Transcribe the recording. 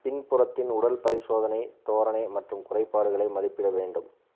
பின்புறத்தின் உடல் பரிசோதனை தோரணை மற்றும் குறைபாடுகளை மதிப்பிட வேண்டும்